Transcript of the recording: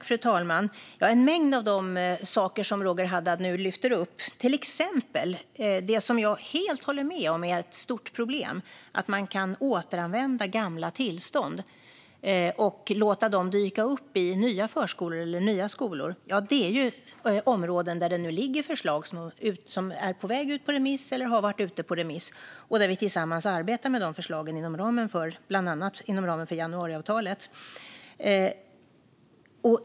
Fru talman! En mängd av de saker som Roger Haddad nu lyfter upp, till exempel det som jag helt håller med om är ett stort problem, att man kan återanvända gamla tillstånd och låta dem dyka upp i nya förskolor eller skolor, är områden där det nu ligger förslag som är på väg ut på remiss eller har varit ute på remiss. Vi arbetar nu tillsammans med förslagen, bland annat inom ramen för januariavtalet.